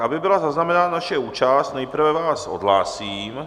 Aby byla zaznamenána naše účast, nejprve vás odhlásím.